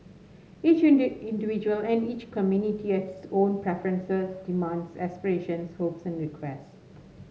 each individual and each community has its own preferences demands aspirations hopes and requests